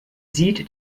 sieht